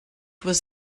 was